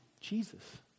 Jesus